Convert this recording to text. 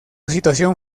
situación